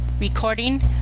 Recording